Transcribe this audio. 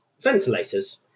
ventilators